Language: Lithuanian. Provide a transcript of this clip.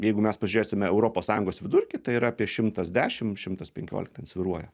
jeigu mes pažiūrėsime europos sąjungos vidurkį tai yra apie šimtas dešim šimtas penkiolik ten svyruoja